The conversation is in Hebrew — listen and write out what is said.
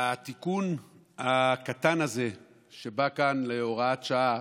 התיקון הקטן הזה שבא כאן בהוראת שעה